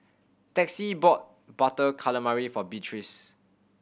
Texie bought Butter Calamari for Beatriz